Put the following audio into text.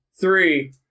three